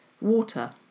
water